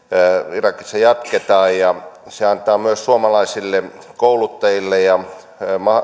irakissa jatketaan se antaa myös suomalaisille kouluttajille ja